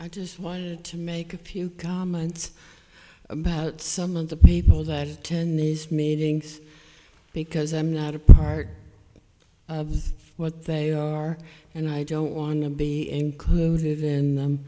i just wanted to make a few comments about some of the people that attend these meetings because i'm not a part of what they are and i don't want to be included in